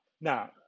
Now